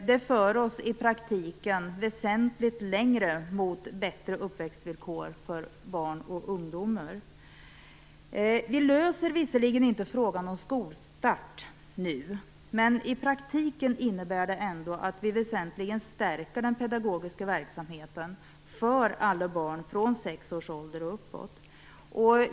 Det för oss i praktiken väsentligt längre mot bättre uppväxtvillkor för barn och ungdomar. Vi löser visserligen inte nu frågan om skolstart. Men i praktiken innebär det ändå att vi väsentligen stärker den pedagogiska verksamheten för alla barn från sex års ålder och uppåt.